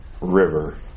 River